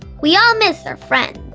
we all miss our friends.